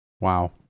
Wow